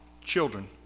children